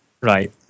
Right